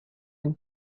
been